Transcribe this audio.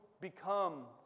become